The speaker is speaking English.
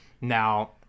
Now